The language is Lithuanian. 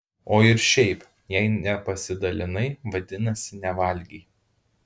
o ir šiaip jei nepasidalinai vadinasi nevalgei